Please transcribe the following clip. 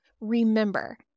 remember